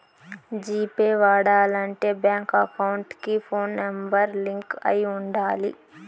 G pay వాడాలంటే bank account కి phone number link అయి ఉండాలి